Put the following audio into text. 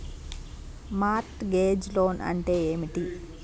Mart gauge loan అంటే ఏమిటి?